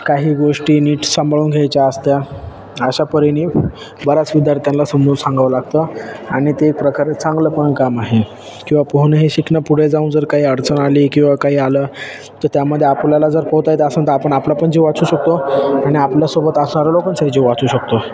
काही गोष्टी नीट सांभाळून घ्यायच्या असतात अशा परीने बऱ्याच विद्यार्थ्याला समजावून सांगावं लागतं आणि ते एक प्रकारे चांगलं पण काम आहे किंवा पोहणे हे शिकणं पुढे जाऊन जर काही अडचण आली किंवा काही आलं तर त्यामध्ये आपल्याला जर पोहता येत असेन तर आपण आपला पण जीव वाचवू शकतो आणि आपल्यासोबत असणाऱ्या लोकांचाही जीव वाचवू शकतो